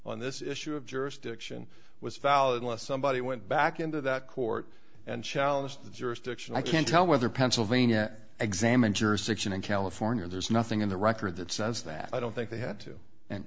on this issue of jurisdiction was followed unless somebody went back into that court and challenge the jurisdiction i can't tell whether pennsylvania examine jurisdiction in california there's nothing in the record that says that i don't think they have to and